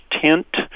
tint